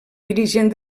dirigent